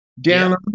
down